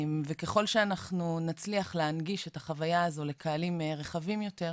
ככל שאנחנו נצליח להנגיש את החוויה הזו לקהלים רחבים יותר,